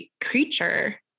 creature